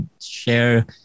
share